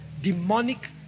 demonic